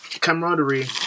camaraderie